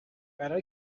برا